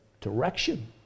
Direction